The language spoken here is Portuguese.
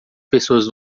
pessoas